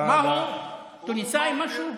מה הוא, תוניסאי משהו?